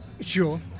Sure